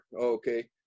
okay